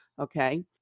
okay